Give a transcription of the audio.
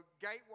Gateway